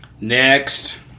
Next